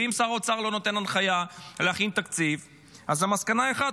ואם שר האוצר לא נותן הנחיה להכין תקציב אז המסקנה היא אחת,